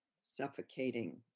suffocating